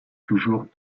toujours